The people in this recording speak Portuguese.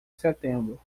setembro